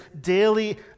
daily